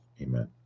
Amen